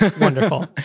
Wonderful